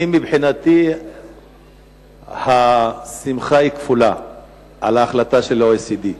מבחינתי השמחה על ההחלטה של ה-OECD היא כפולה.